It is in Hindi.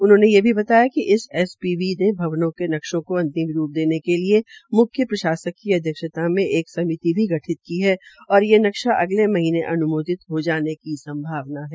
उन्होंने ये भी बताया कि एस पी वी ने भवनों के नक्शों को अंतिम रूप देने के लिये मुख्य प्रशासक की अध्यक्षता मे एक समिति भी गठित की है और ये नक्शा अगले महीने अन्मोदन हो जाने की संभावना है